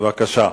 בבקשה.